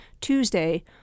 Tuesday